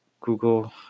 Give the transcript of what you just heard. Google